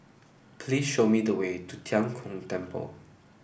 please show me the way to Tian Kong Temple